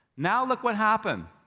now, look what happened,